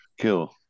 kill